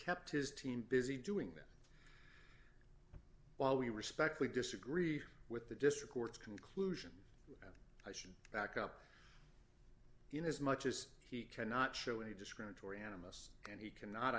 kept his team busy doing that while we respectfully disagree with the district court's conclusion i should back up in as much as he cannot show a discriminatory animus and he cannot